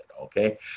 okay